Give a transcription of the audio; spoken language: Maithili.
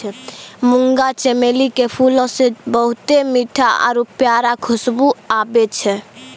मुंगा चमेली के फूलो से बहुते मीठो आरु प्यारा खुशबु आबै छै